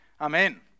Amen